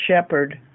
shepherd